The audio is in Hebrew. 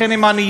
לכן הם עניים.